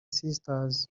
sisters